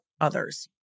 others